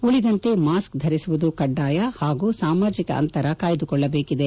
ಉಳಿದಂತೆ ಮಾಸ್ಕ್ ಧರಿಸುವುದು ಕಡ್ಡಾಯ ಹಾಗೂ ಸಾಮಾಜಿಕ ಅಂತರ ಕಾಯ್ದುಕೊಳ್ಳಬೇಕಿದೆ